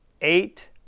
eight